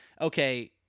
okay